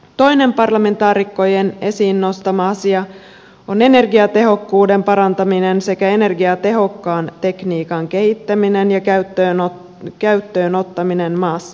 toinen parlamentaarikkojen esiin nostama asia on energiatehokkuuden parantaminen sekä energiatehokkaan tekniikan kehittäminen ja käyttöön ottaminen maissamme